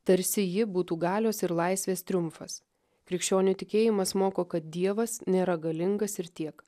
tarsi ji būtų galios ir laisvės triumfas krikščionių tikėjimas moko kad dievas nėra galingas ir tiek